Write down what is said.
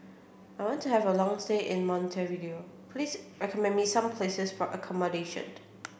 I want to have a long stay in Montevideo please recommend me some places for accommodation